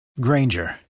Granger